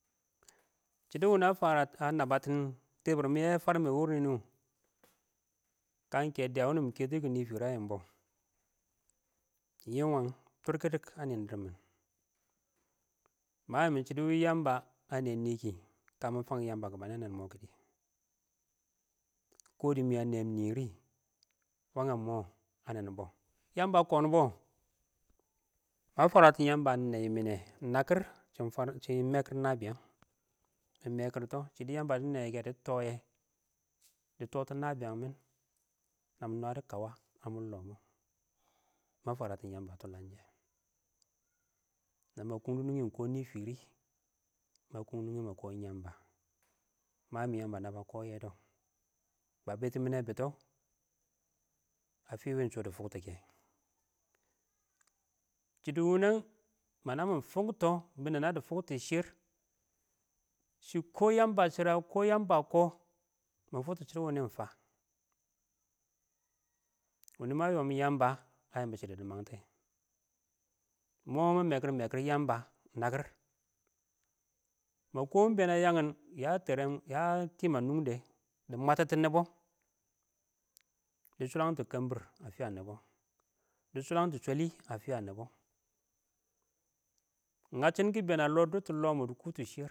Shɪdo woni a fara a naba tun tɪbɪr nɪyɛ yɛ fərmɛ wʊrʊ nʊ, kə ɪng kɛ dɪyə wʊnʊ mɪ kɛrɪ kɪm nɪ ɪng fɪrə yɛ ɪng mə yɪmbo ɪng wəng tʊrkɛdɪk ə nɪngdɪr mɪng mə ɪng mɪn shɪdo wɪɪn yamba a nɛ niki ɪng kə mə fang yamba kɔ ba nɛɛn-nɛɛn mɔ kɪ dɪ kɔ dɪ ɪng mɪ ə mɪ a neem niri wəyəng mɔ ə nɛnnɪn bɔ yamba a kɔɔn bɔ ɪng mə fwərətɪn ɪng yəmba ə nɛmɪnɛ nəkɪr, chɪng ɪng mɛkɪr nabiyang. mɪ ɪng mɛkɪrtɔ sɪdɔ ɪng yəmbə ə nɛyɪ kɛ dɪ tɔɔyɛ dɪ tɔɔtʊ ɪng nəbɪyəng mɪn nəmɪ nədʊ ƙəwə na mɪ nədɔ kəwə ə mʊr lɔmʊ, ɪng mə fwətɪn ɪng yəmbə tʊləngshɪn. ɪng nəmɪ kɔdʊ nʊngyɪn ko nɪ fɪrɪ, ma kɔm nʊngyɪ mə kɔɔm ɪng ƴəmbə, mə ɪng yəmbə bə kɔyɛ dɔɔ, yamba naba dibe yedɔ bayɛ mini bətɔ a fɪ mɪ fokto kɛ shɪdo wunani ma bə bɪtɛnɛ bɪtɔ ba nabbʊ dɪ foltɔ shɪrr shɪ kɪɪn yamba shira kɪɪn yamba kɪɪn, ə fɪ ɪng wɪ shɔ dɪ fʊktʊ kɛ, shɪdo wunɛn, ɪng mənə mʊ fʊktɔ, bɪnɛng ɪng nə dɪ fʊktʊ shɪr, shɪ kɔ yəmbə, shɪrə kɔ yəmbə kɔ, mʊ fʊk shʊrʊn wʊnʊ ɪng fə, a wʊnʊ ɪng mə yɔɔm yɪm yəmbə ə yɪmbɔ shɪdɔ dɪ məngtɛ, ɪng mɔɔ mɪn mɛkɪr mɛkɪr ɪng yəmbə, nakɪr, ma kɔɔm ɪng been a yang ɪng ya terɛn yə ə tɪɪm ə nʊngdɛ, dɪ mwatitɔ nɪbɔ, dɪ shurangtʊ kənbɪr a fɪya nɪbɔ dɪ shʊrəngtʊ shɔlɪ ə fɪyə nɪbɔ. Ing nyəncɪn kɪ bɛn ə lɔɔ, dʊttɪn lɔɔ mɔɔ dɪ kʊʊ shɪr.